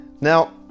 Now